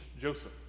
Joseph